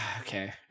Okay